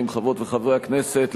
חברות וחברי הכנסת,